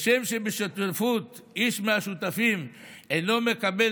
כשם שבשותפות איש מהשותפים אינו מקבל